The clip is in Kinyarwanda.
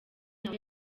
nawe